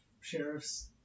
Sheriff's